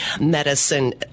medicine